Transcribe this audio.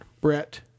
Brett